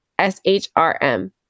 SHRM